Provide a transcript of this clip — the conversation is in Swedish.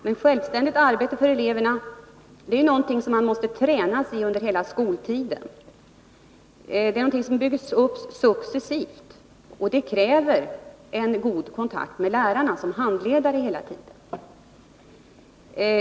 Men självständigt arbete är en färdighet som eleverna måste tränas i under hela skoltiden. Den måste byggas upp successivt, och det kräver en god kontakt med lärarna som handledare.